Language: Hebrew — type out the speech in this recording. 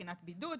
מבחינת בידוד,